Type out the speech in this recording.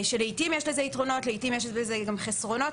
לעיתים יש לזה יתרונות ולעיתים יש לזה גם חסרונות,